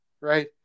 right